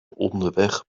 onderweg